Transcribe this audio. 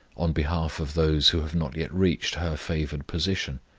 on behalf of those who have not yet reached her favoured position.